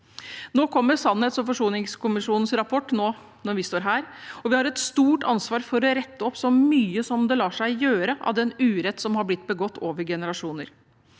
kommer Sannhets- og forsoningskommisjonens rapport, og vi har et stort ansvar for å rette opp så mye som det lar seg gjøre, den urett som har blitt begått over generasjoner.